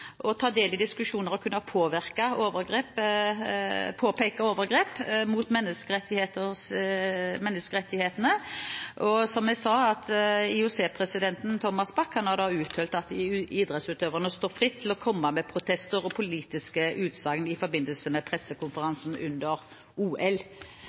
ta del i diskusjoner og kunne påpeke overgrep mot menneskerettighetene. Og som jeg sa, har IOC-presidenten Thomas Bach uttalt at idrettsutøverne står fritt til å komme med protester og politiske utsagn i forbindelse med